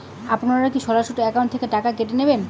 আপনারা কী সরাসরি একাউন্ট থেকে টাকা কেটে নেবেন?